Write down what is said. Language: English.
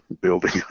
building